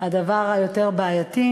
הדבר היותר-בעייתי,